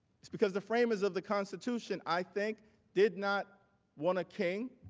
it's because the framers of the constitution i think did not want a king.